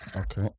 Okay